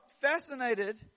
fascinated